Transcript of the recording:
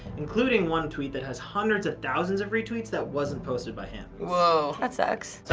including one tweet that has hundreds of thousands of retweets that wasn't posted by him. whoa. that sucks.